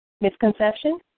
Misconception